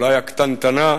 אולי הקטנטנה,